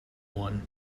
one